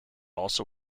also